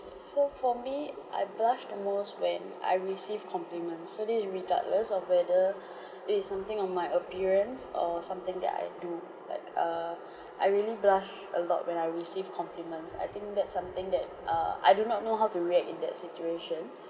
so for me I blush the most when I receive compliments so this is regardless of whether it is something on my appearance or something that I do like err I really blush a lot when I receive compliments I think that's something that err I do not know how to react in that situation